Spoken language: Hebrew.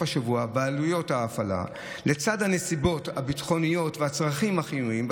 השבוע ועלויות ההפעלה לצד הנסיבות הביטחוניות והצרכים החיוניים,